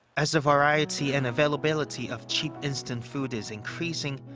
as the variety and availability of cheap instant food is increasing,